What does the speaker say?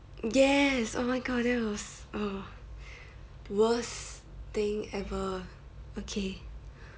yes oh my god that was uh worst thing ever okay